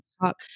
Talk